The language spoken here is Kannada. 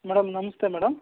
ಮೇಡಮ್ ನಮಸ್ತೆ ಮೇಡಮ್